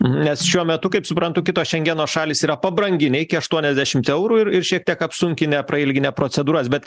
nes šiuo metu kaip suprantu kitos šengeno šalys yra pabranginę iki aštuoniasdešimt eurų ir ir šiek tiek apsunkinę prailginę procedūras bet